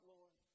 Lord